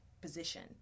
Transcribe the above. position